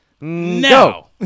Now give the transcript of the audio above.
No